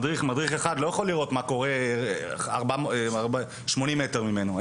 מדריך אחד לא יכול לראות מה קורה 80 מטר ממנו.